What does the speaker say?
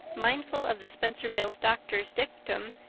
mindful of the spencervale doctor's dictum,